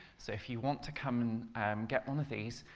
so if you want to come and get one of these,